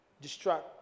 distract